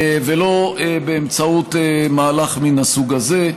ולא באמצעות מהלך מן הסוג הזה.